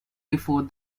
before